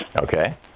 Okay